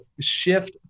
shift